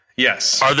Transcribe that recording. Yes